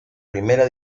primera